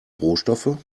rohstoffe